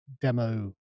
demo